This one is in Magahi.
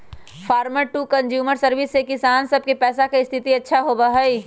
फार्मर टू कंज्यूमर सर्विस से किसान सब के पैसा के स्थिति अच्छा होबा हई